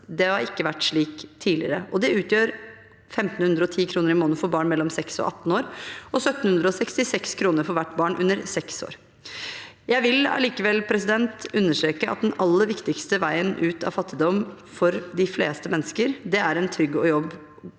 Det har ikke vært slik tidligere, og det utgjør 1 510 kr i måneden for barn mellom 6 og 18 år og 1 766 kr for hvert barn under 6 år. Jeg vil allikevel understreke at den aller viktigste veien ut av fattigdom for de fleste mennesker er en trygg jobb